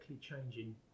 changing